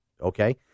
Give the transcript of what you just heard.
okay